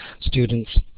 students